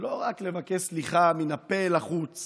ולא רק לבקש סליחה מן הפה ולחוץ